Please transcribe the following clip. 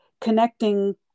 connecting